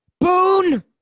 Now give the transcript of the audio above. Boone